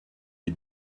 les